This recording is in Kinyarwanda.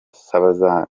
saba